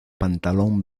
pantalón